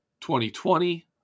2020